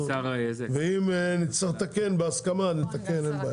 ואם נצטרך לתקן בהסכמה אז נתקן, אין בעיה.